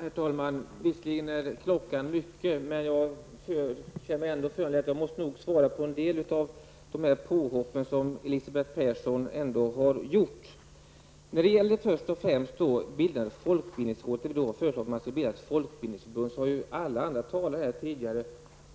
Herr talman! Visserligen är klockan mycket, men jag känner ändå att jag måste svara på en del av de påhopp som Elisabeth Persson har gjort. Först till frågan om bildandet av ett folkbildningsråd. Alla har här